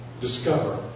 discover